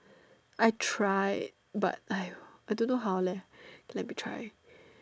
I tried but !aiyo! I don't know how leh let me try